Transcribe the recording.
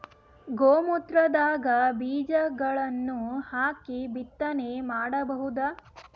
ಗೋ ಮೂತ್ರದಾಗ ಬೀಜಗಳನ್ನು ಹಾಕಿ ಬಿತ್ತನೆ ಮಾಡಬೋದ?